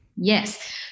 Yes